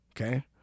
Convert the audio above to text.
Okay